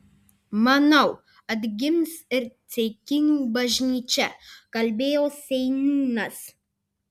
manau atgims ir ceikinių bažnyčia kalbėjo seniūnas